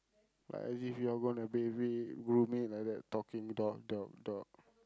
like as if you're gonna bathe it groom it like that talking dog dog dog